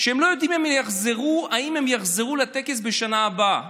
שהם לא יודעים אם הם יחזרו לטקס בשנה הבאה.